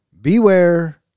Beware